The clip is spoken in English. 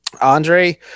Andre